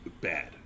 bad